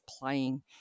playing